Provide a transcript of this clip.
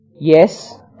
Yes